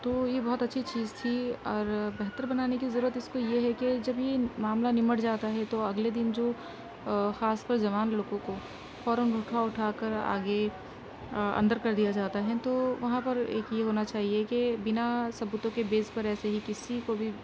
تو یہ بہت اچھی چیز تھی اور بہتر بنانے کی ضرورت اس کو یہ ہے کہ جب یہ معاملہ نمٹ جاتا ہے تو اگلے دن جو خاص کر جوان لڑکوں کو فوراً اٹھا اٹھا کر آگے اندر کر دیا جاتا ہے تو وہاں پر ایک یہ ہونا چاہیے کہ بنا ثبوتوں کے بیس پر ایسے ہی کسی کو بھی